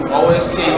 o-s-t